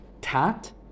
Tat